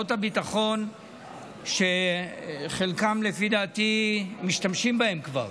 הוצאות ביטחון שבחלקן, לפי דעתי, משתמשים כבר.